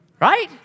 right